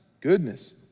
goodness